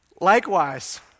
Likewise